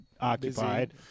occupied